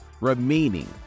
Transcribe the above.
remaining